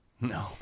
No